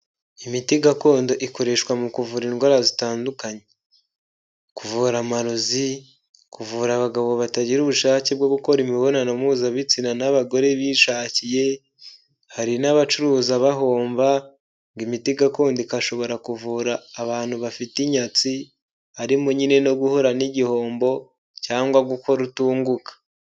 Imiti gakondo ikoreshwa mu kuvura indwara zitandukanye kuvura amarozi, kuvura abagabo batagira ubushake bwo gukora imibonano mpuzabitsina n'abagore bishakiye, hari n'abacuruza bahombaga, ngo imiti gakondo igashobora kuvura abantu bafite inyatsi, harimo ni iyo guhura n'igihombo cyangwa gukora utunguka.